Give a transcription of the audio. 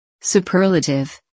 Superlative